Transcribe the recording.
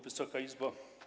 Wysoka Izbo!